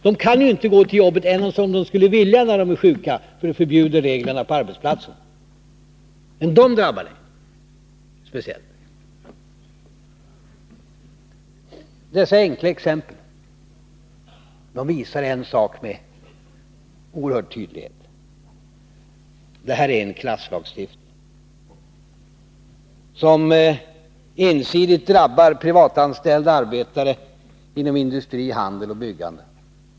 De kan ju inte gå till jobbet ens om de skulle vilja när de är sjuka, för det förbjuder reglerna på arbetsplatsen. Dessa enkla exempel visar med oerhörd tydlighet att det är fråga om en klasslagstiftning som ensidigt drabbar privatanställda arbetare inom industri, handel och byggande.